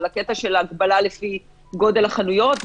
על הקטע של ההגבלה לפי גודל החנויות,